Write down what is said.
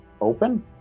open